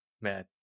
man